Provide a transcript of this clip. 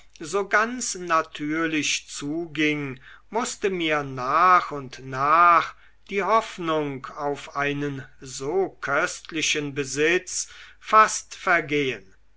so ganz natürlich zuging mußte mir nach und nach die hoffnung auf einen so köstlichen besitz fast vergehen